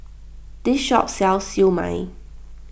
this shop sells Siew Mai